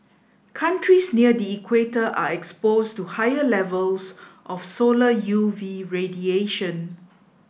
countries near the equator are exposed to higher levels of solar U V radiation